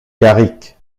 carrick